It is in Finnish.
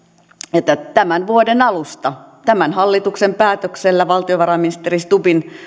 että tämän vuoden alusta tämän hallituksen päätöksellä valtiovarainministeri stubbin